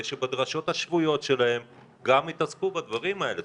שבדרשות השבועיות שלהם גם יתעסקו בדברים האלה?